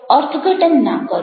અર્થઘટન ના કરો